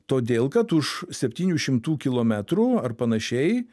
todėl kad už septynių šimtų kilometrų ar panašiai